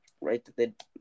right